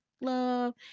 love